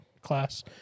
class